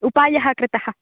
उपायः कृतः